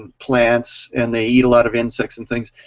plants, and they eat a lot of insects, and things,